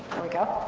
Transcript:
we go.